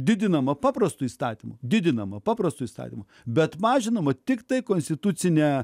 didinama paprastu įstatymu didinama paprastu įstatymu bet mažinama tiktai konstitucine